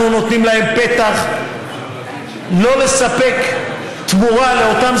אנחנו נותנים להן פתח לא לספק תמורה לאותם